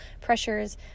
pressures